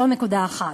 זו נקודה אחת.